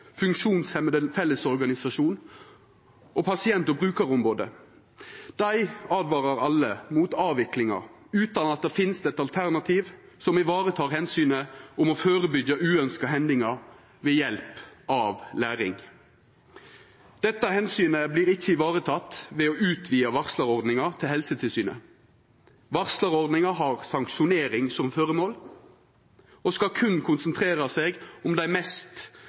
Fellesorganisasjon og Pasient- og brukarombodet. Dei åtvarar alle mot avviklingar utan at det finst eit alternativ som varetek omsynet om å førebyggja uønskte hendingar ved hjelp av læring. Dette omsynet vert ikkje vareteke ved å utvida varslarordninga til Helsetilsynet. Varslarordninga har sanksjonering som føremål, og skal berre konsentrera seg om dei mest